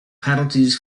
penalties